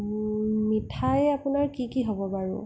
মিঠাই আপোনাৰ কি কি হ'ব বাৰু